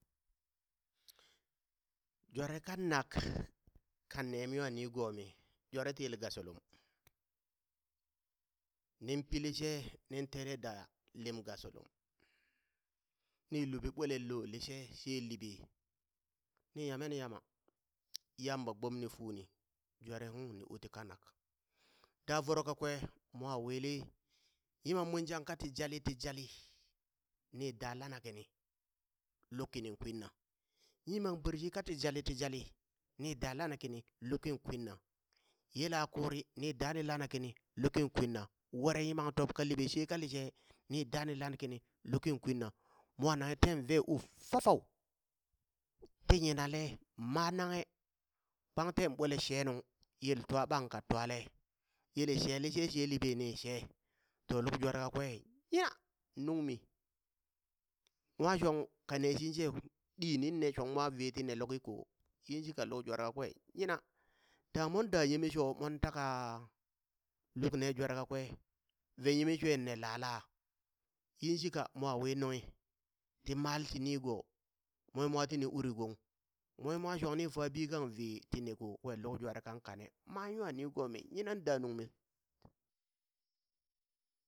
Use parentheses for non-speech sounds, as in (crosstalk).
Jware kanak (noise) ka nem nwa nigo mi, jwere ti yele gashulum, nin pi lishe nin tele da lem gashulum, ni luɓi ɓweleŋ lo lishe she liɓe, ni yame Yama Yamba gbomni funi jwere ung ni uti kanak, da voro kakwe mo wili yimam munjang kati jali ti jali ni daa lana kini, luk kiniŋ kwinna, yimam bershit kati jali ti jali ni daa lana kini, lukiŋ kwinna, yela kuri ni daani lana kini lukiŋ kwinna, were yimam ka leɓe she ka lishe ni daa ni lana kini lukiŋ kwinna, mwa nanghe ten vee uf- fafau, ti yinale ma nanghe kpang ten ɓwele she nung, yel twa ɓang ka twale yele she lishe she libe ni she, to luk jware kakwe yina! nungmi, mwa shong kane shit she ɗi ninne shong ma vee tine luki ko, yin shika luk jware kakwe yina, dangha mon daa yeme sho mon takaa luk ne jware kakwe ve yeme shwe inne lala, yin shika mo wi nunghi ti male ti nigo, mon wi mwa tini uri gong, monwi mwan shong ni fabi kang vee ti ne ko kwen luk jwere kan kane ma nwa nigomi, nyina da nungmi. (noise)